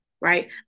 right